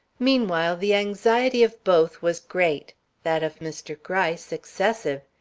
meanwhile, the anxiety of both was great that of mr. gryce excessive.